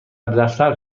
دفتر